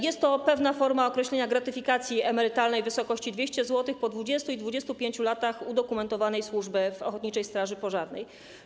Jest to pewna forma określenia gratyfikacji emerytalnej w wysokości 200 zł po 20 i 25 latach udokumentowanej służby w ochotniczej straży pożarnej.